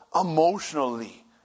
emotionally